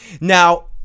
Now